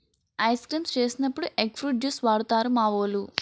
ice creams చేసినప్పుడు egg fruit juice వాడుతారు మావోలు